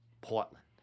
Portland